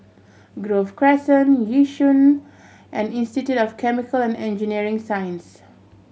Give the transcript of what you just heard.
Grove Crescent Yishun and Institute of Chemical and Engineering Science